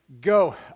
Go